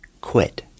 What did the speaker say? quit